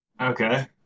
Okay